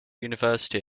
university